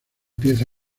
pieza